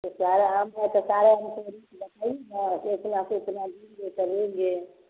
तो सारा आम है तो सारा आम के बताइ ना एक लाख इतना गिल दे ता लेंगे